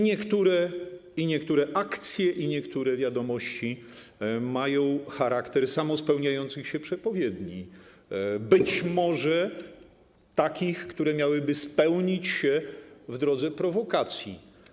Niektóre akcje i niektóre wiadomości mają charakter samospełniających się przepowiedni, być może takich, które miałyby spełnić się w drodze prowokacji.